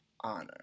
honor